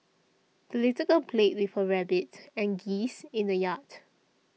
the little girl played with her rabbit and geese in the yard